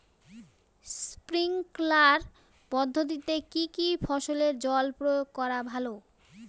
Sprinkler পদ্ধতিতে কি কী ফসলে জল প্রয়োগ করা ভালো?